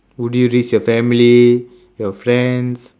would you risk your family your friends